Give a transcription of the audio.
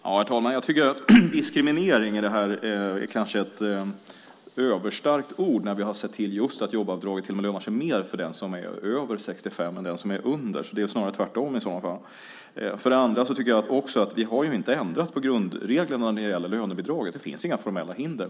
Herr talman! Jag tycker att "diskriminering" kanske är ett överstarkt ord när vi har sett till just att jobbavdraget till och med lönar sig mer för den som är över 65 än för den som är under. Det är alltså snarare tvärtom i sådana fall. Jag tycker också att vi ju inte har ändrat på grundreglerna när det gäller lönebidraget. Det finns inga formella hinder.